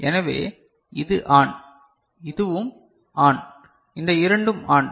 எனவே இது ஆன் இதுவும் ஆன் இந்த இரண்டும் ஆன்